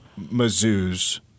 Mizzou's